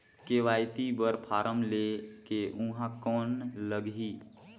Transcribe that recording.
KYC बर form ले के ऊहां कौन लगही?